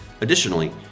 Additionally